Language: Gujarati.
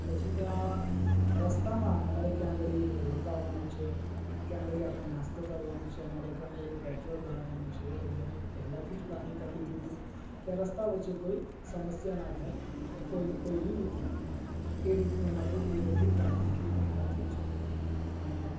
પછી ત્યાં રસ્તામાં અમારે ક્યાં આગળ એ રોકાવાનું છે ક્યાં આગળ એ આપણે નાસ્તો કરવાનો છે અમારે ક્યાં આગળ એ પેટ્રોલ ભરાવવાનું છે એ બધી અમે પહેલાથી જ પ્લાનિંગ કરી લીધું હતું કે આ રસ્તા વચ્ચે કોઈ સમસ્યા ના થાય કોઈ ભી મિત્રને એ રીતનું અમારું એ બધી પ્લાનિંગ હતી પહેલાથી જ અને